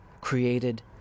created